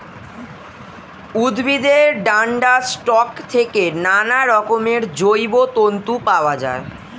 উদ্ভিদের ডান্ডার স্টক থেকে নানারকমের জৈব তন্তু পাওয়া যায়